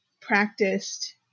practiced